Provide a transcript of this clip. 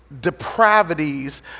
depravities